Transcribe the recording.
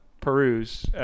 peruse